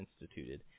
instituted